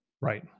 Right